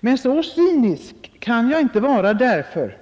Men så cynisk kan jag inte vara därför